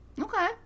Okay